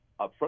upfront